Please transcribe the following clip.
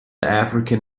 african